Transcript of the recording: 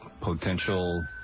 potential